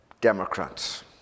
Democrats